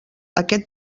aquest